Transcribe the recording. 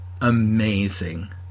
amazing